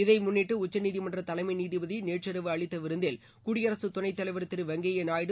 இதை முன்னிட்டு உச்சநீதிமன்ற தலைமை நீதிபதி நேற்றிரவு அளித்த விருந்தில் குடியரசு துணைத் தலைவர் திரு வெங்கைய நாயுடு